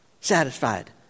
satisfied